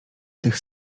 tych